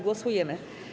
Głosujemy.